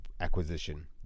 acquisition